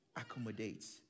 accommodates